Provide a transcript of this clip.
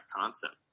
concept